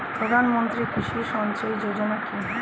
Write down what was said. প্রধানমন্ত্রী কৃষি সিঞ্চয়ী যোজনা কি?